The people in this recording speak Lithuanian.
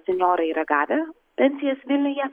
senjorai yra gavę pensijas vilniuje